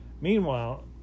Meanwhile